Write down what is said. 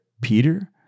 Peter